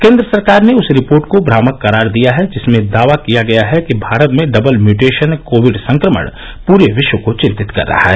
केंद्र सरकार ने उस रिपोर्ट को भ्रामक करार दिया है जिसमें दावा किया गया है कि भारत में डबल म्यूटेशन कोविड संक्रमण प्रे विश्व को चिंतित कर रहा है